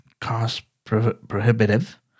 cost-prohibitive